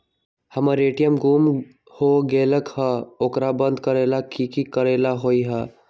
हमर ए.टी.एम गुम हो गेलक ह ओकरा बंद करेला कि कि करेला होई है?